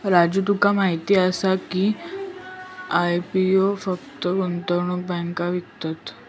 राजू तुका माहीत आसा की, आय.पी.ओ फक्त गुंतवणूक बँको विकतत?